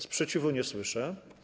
Sprzeciwu nie słyszę.